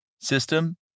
system